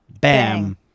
bam